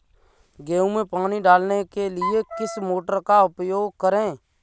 गेहूँ में पानी डालने के लिए किस मोटर का उपयोग करें?